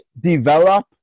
develop